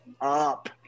up